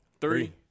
three